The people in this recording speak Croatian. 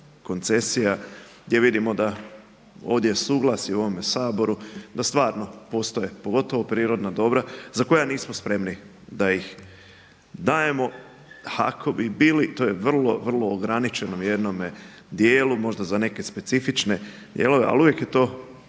koncesija gdje vidimo da ovdje je suglasje u ovome Saboru da stvarno postoje pogotovo prirodna dobra za koja nismo spremni da ih dajemo. Ako bi bili, to je vrlo, vrlo ograničenom jednom dijelu, možda za neke specifične dijelove, ali uvijek je to